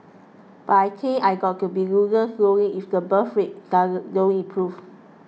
but I think I got to be loosened slowly if the birth rates does no improve